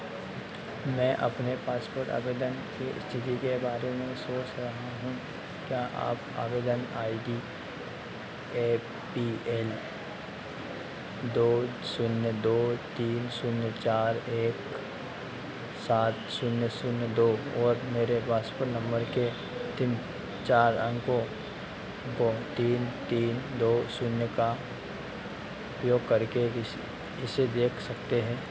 मैं अपने पासपोर्ट आवेदन के स्थिति के बारे में सोच रहा हूँ क्या आप आवेदन I D A P N दो शून्य दो तीन शून्य चार एक सात शून्य शून्य दो और मेरे पासपोर्ट नम्मर के अन्तिम चार अंको को तीन तीन दो शून्य का उपयोग करके उस उसे देख सकते हैं